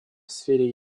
сфере